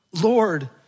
Lord